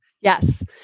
Yes